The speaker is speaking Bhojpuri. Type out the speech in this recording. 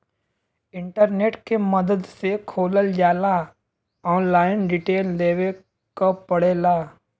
इंटरनेट के मदद से खोलल जाला ऑनलाइन डिटेल देवे क पड़ेला